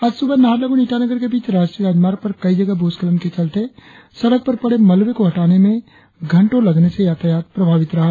आज सुबह नाहरलगुन ईटानगर के बीच राष्ट्रीय राजमार्ग पर कई जगह भूस्खलन के चलते सड़क पर पड़े हुए मलबे को हटाने में घंटो लगने से यातायात प्रभावित रहा